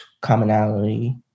commonality